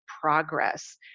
progress